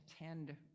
attend